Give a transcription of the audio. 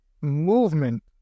movement